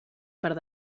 part